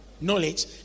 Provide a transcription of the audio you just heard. knowledge